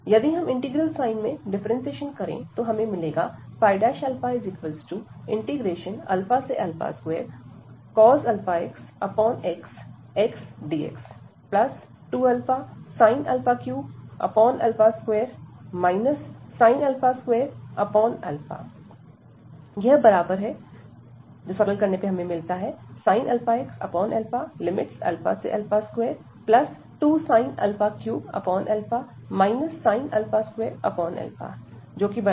यदि हम integral sign में डिफरेंटशिएशन करें तो हमें मिलेगा 2 αx xxdx2α 3 2 2 αx